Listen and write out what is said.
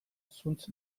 zuntz